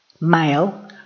male